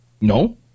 No